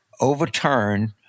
overturned